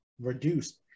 reduced